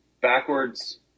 backwards